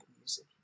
music